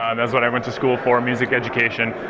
um that's what i went to school for, music education.